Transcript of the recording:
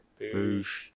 Boosh